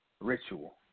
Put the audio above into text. ritual